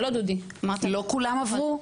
לא דודי -- לא כולם עברו,